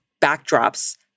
backdrops